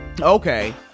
okay